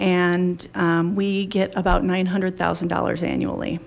and we get about nine hundred thousand dollars annually